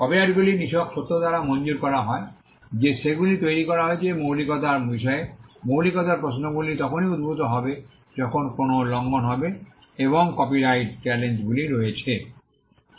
কপিরাইটগুলি নিছক সত্য দ্বারা মঞ্জুর করা হয় যে সেগুলি তৈরি করা হয়েছে এবং মৌলিকতার বিষয়ে মৌলিকতার প্রশ্নগুলি তখনই উদ্ভূত হবে যখন কোনও লঙ্ঘন হবে এবং কপিরাইটে চ্যালেঞ্জগুলি রয়েছে